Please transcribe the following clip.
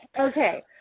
Okay